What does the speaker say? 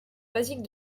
basique